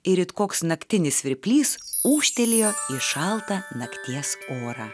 ir it koks naktinis svirplys ūžtelėjo į šaltą nakties orą